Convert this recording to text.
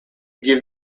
give